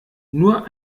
nur